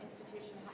institution